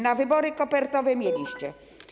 Na wybory kopertowe mieliście.